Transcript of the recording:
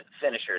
finishers